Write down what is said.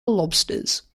lobsters